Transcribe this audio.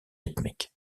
rythmique